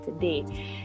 today